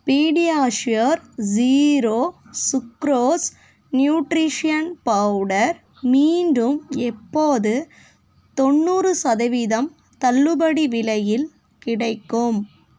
PediaSure zero sucrose nutrition powder மீண்டும் எப்போது தொண்ணூறு சதவீதம் தள்ளுபடி விலையில் கிடைக்கும்